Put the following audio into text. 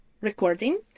recording